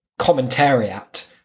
commentariat